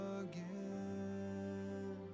again